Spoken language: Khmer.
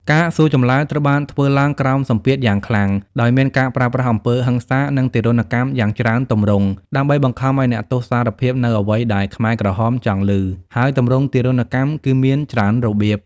ការសួរចម្លើយត្រូវបានធ្វើឡើងក្រោមសម្ពាធយ៉ាងខ្លាំង ដោយមានការប្រើប្រាស់អំពើហិង្សា និងទារុណកម្មជាច្រើនទម្រង់ ដើម្បីបង្ខំឱ្យអ្នកទោសសារភាពនូវអ្វីដែលខ្មែរក្រហមចង់ឮ ហើយទម្រង់ទារុណកម្មគឺមានច្រើនរបៀប។